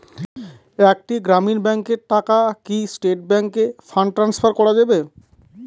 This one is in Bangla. একটি গ্রামীণ ব্যাংকের টাকা কি স্টেট ব্যাংকে ফান্ড ট্রান্সফার করা যাবে?